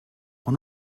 when